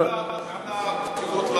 גם הבחירות,